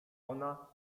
ona